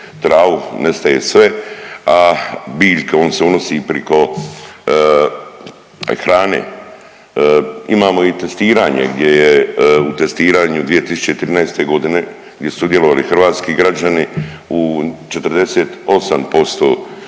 travu, nestaje sve, a biljke, on se unosi priko hrane. Imamo i testiranje gdje je, u testiranju 2013. di su sudjelovali hrvatski građani u 48%